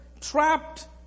Trapped